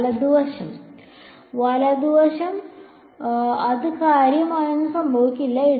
വലത് വശം വലത് വശം അതിന് കാര്യമായൊന്നും സംഭവിക്കില്ല